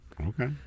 Okay